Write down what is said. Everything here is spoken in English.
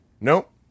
Nope